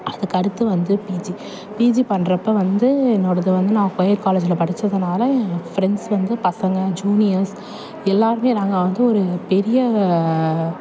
அதுக்கு அடுத்து வந்து பிஜி பிஜி பண்றப்போ வந்து என்னோடது வந்து நான் கோஎட் காலேஜில் படிச்சதுனால ஏன் ஃப்ரெண்ட்ஸ் வந்து பசங்க ஜூனியர்ஸ் எல்லாருமே நாங்கள் வந்து ஒரு பெரிய